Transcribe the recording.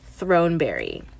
Throneberry